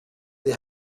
they